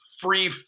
free